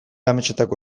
ametsetako